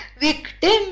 victim